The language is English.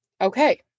Okay